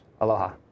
Aloha